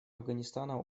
афганистана